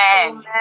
Amen